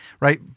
Right